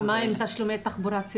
ומה עם תשלומי תחבורה?